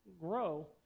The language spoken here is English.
grow